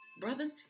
Brothers